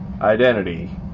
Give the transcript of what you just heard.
identity